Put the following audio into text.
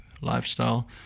lifestyle